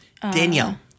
Danielle